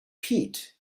peat